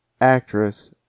Actress